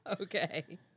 okay